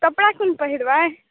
कपड़ा कोन पहिरबै